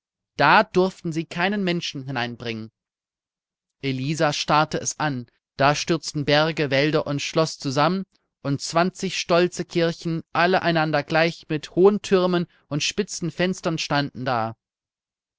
da durften sie keinen menschen hineinbringen elisa starrte es an da stürzten berge wälder und schloß zusammen und zwanzig stolze kirchen alle einander gleich mit hohen türmen und spitzen fenstern standen da